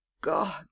god